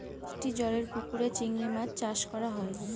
মিষ্টি জলেরর পুকুরে চিংড়ি মাছ চাষ করা হয়